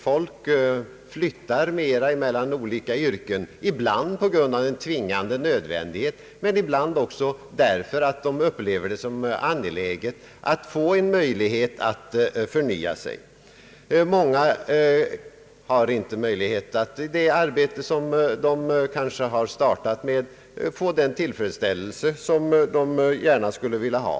Folk flyttar mer mellan olika yrken — ibland på grund av tvingande nödvändighet men ibland också därför att de upplever det som angeläget att få möjlighet att förnya sig. Många kan inte i det arbete som de har startat med få den tillfredsställelse som de gärna skulle vilja ha.